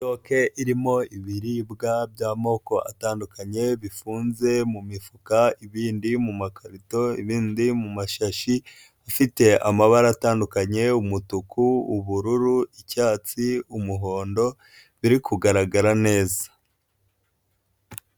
Sitoke irimo ibiribwa by'amoko atandukanye bifunze mu mifuka ibindi mu makarito ibindi mu mumashashi, afite amabara atandukanye umutuku, ubururu, icyatsi, umuhondo biri kugaragara neza.